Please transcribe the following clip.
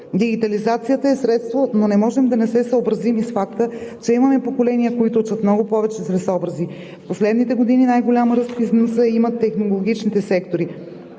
Дигитализацията е средство, но не можем да не се съобразим и с факта, че имаме поколения, които учат много повече чрез образи. В последните години най-голям ръст в износа имат технологичните сектори,